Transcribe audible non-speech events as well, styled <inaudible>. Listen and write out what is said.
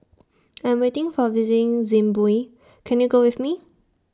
<noise> I'm waiting For visiting Zimbabwe Can YOU Go with Me